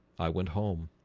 i went home.